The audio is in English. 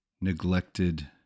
neglected